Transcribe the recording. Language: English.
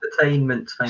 entertainment